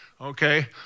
Okay